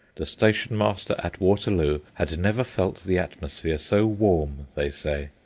the station-master at waterloo had never felt the atmosphere so warm, they say.